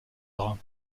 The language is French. draps